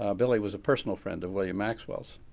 ah billy was a personal friend of william maxwell's.